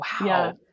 Wow